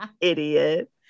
idiot